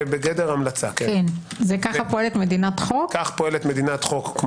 כך פועלת מדינת חוק?